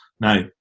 Now